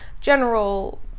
general